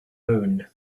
moon